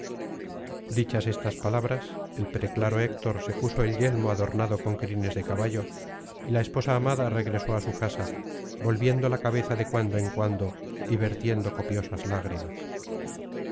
dichas estas palabras el preclaro héctor se puso el yelmo adornado con crines de caballo y la esposa amada regresó á su casa volviendo la cabeza de cuando en cuando y vertiendo copiosas lágrimas